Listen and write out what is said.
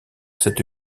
cette